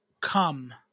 come